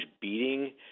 beating